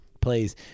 please